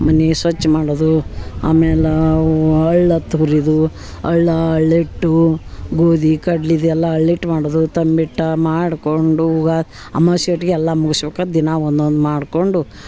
ಮನೆ ಸ್ವಚ್ಛ ಮಾಡೋದು ಆಮೇಲೆ ಅಳ್ಳತ್ತು ಹುರಿದು ಅರ್ಳ ಅರ್ಳಿಟ್ಟು ಗೋಧಿ ಕಡ್ಲಿದು ಎಲ್ಲ ಅಳ್ಳಿಟ್ಟು ಮಾಡೋದು ತಂಬಿಟ್ಟು ಮಾಡಿಕೊಂಡು ಅಮಾಸಿ ಅಟ್ಟೊತ್ಗೆ ಎಲ್ಲ ಮುಗಿಸ್ಬೇಕಂತ್ ದಿನ ಒಂದೊಂದು ಮಾಡಿಕೊಂಡು